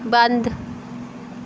बंद